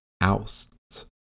ousts